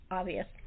obvious